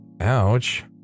Ouch